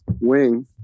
wing